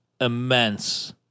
immense